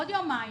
בעוד יומיים